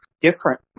different